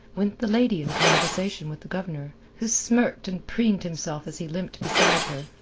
went the lady in conversation with the governor, who smirked and preened himself as he limped beside her.